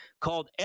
called